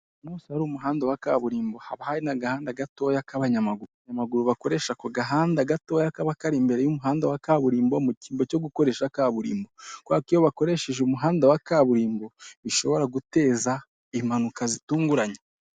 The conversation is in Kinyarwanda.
Ahantu hose hari umuhanda wa kaburimbo, haba hari n'agahanda gatoya k'abanyamaguru. Abanyamaguru bakoresha ako gahanda gatoya kaba kari imbere y'umuhanda wa kaburimbo, mu cyimbo cyo gukoresha kaburimbo kubera ko iyo bakoresheje umuhanda wa kaburimbo, bishobora guteza impanuka zitunguranye.